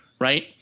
Right